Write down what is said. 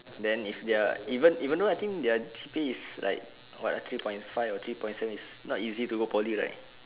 then if their even even though I think their G_P_A is like what uh three point five or three point seven is not easy to go poly right